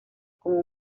con